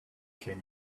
can